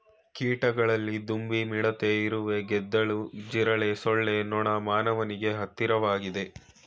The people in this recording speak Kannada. ಕೀಟಗಳಲ್ಲಿ ದುಂಬಿ ಮಿಡತೆ ಇರುವೆ ಗೆದ್ದಲು ಜಿರಳೆ ಸೊಳ್ಳೆ ನೊಣ ಮಾನವನಿಗೆ ಹತ್ತಿರವಾಗಯ್ತೆ